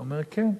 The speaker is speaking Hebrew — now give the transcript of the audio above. הוא אומר: כן.